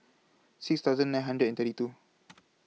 six thousand nine hundred and thirty two